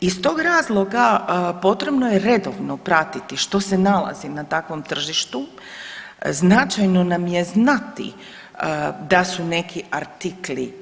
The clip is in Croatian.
Iz tog razloga, potrebno je redovno pratiti što se nalazi na takvom tržištu, značajno nam je znati da su neki artikli